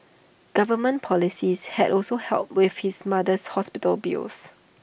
government policies had also helped with his mother's hospital bills